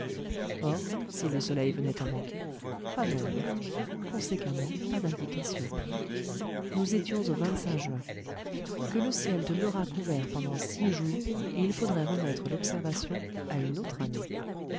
or si le soleil venait à manquer pas d'ombre conséquemment pas d'indication nous étions au juin que le ciel demeurât couvert pendant six jours et il faudrait remettre l'observation à une autre année